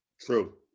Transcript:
True